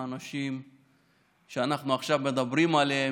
האנשים שאנחנו עכשיו מדברים עליהם,